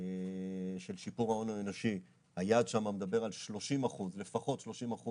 של שיפור ההון האנושי, היעד שם מדבר על לפחות 30%